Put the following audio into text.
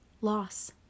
loss